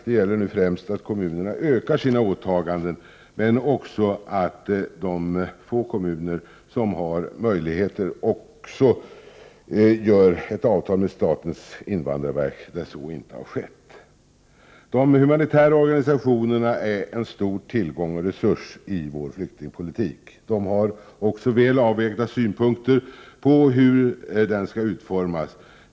Det gäller nu främst att kommunerna ökar sina åtaganden, men också att de få kommuner som har möjligheter också gör avtal med statens invandrarverk när så inte har skett. De humanitära organisationerna är en stor tillgång och resurs i vår flyktingpolitik. De har också ofta väl avvägda synpunkter på hur den skall utformas.